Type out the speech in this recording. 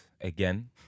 again